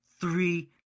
Three